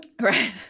right